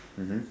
mmhmm